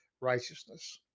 righteousness